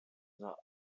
the